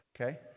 okay